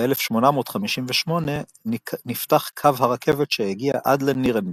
ב-1858 נפתח קו הרכבת שהגיע עד לנירנברג.